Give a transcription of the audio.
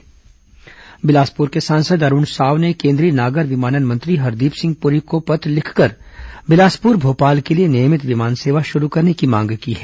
उड़ान सब उड़ें सब जुड़ें बिलासपुर सांसद अरूण साव ने केंद्रीय नागर विमानन मंत्री हरदीप सिंह पुरी को पत्र लिखकर बिलासपुर भोपाल के लिए नियमित विमान सेवा शुरू करने की मांग की है